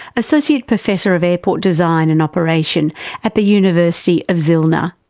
associate professor of airport design and operation at the university of zilina.